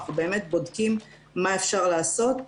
אנחנו באמת בודקים מה אפשר לעשות,